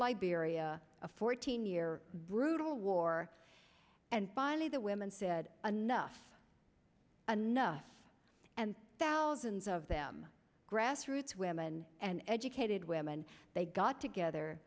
liberia a fourteen year brutal war and finally the women said enough enough and thousands of them grassroots women and educated women they got together